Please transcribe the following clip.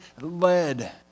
led